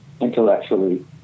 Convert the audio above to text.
intellectually